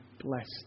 blessed